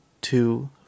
two